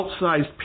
outsized